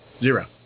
zero